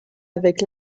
avec